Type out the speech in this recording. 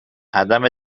عدم